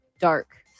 dark